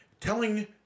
Telling